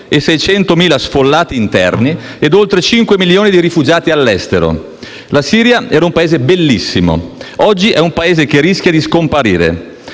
7.600.000 sfollati interni e oltre 5 milioni di rifugiati all’estero. La Siria era un Paese bellissimo; oggi è un Paese che rischia di scomparire.